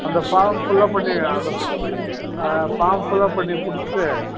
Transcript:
அந்த form fill up பண்ணி அந்த ஆ ஃபார்ம் ஃபுல்லப் பண்ணி கொடுத்துட்டு